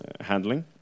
handling